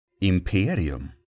imperium